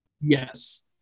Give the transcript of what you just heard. Yes